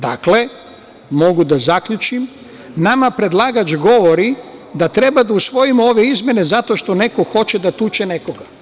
Dakle, mogu da zaključim, nama predlagač govori da treba da usvojimo ove izmene zato što neko hoće da tuče nekoga.